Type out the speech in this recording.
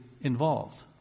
involved